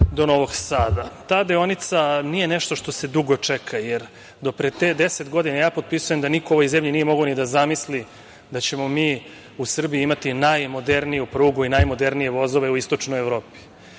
da ćemo mi u Srbiji imati najmoderniju prugu i najmodernije vozove u istočnoj Evropi.